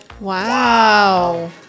Wow